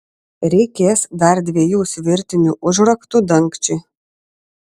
reikės dar dviejų svirtinių užraktų dangčiui